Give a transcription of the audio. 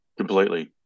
Completely